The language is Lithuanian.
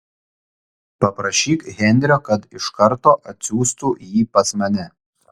paprašyk henrio kad iš karto atsiųstų jį pas mane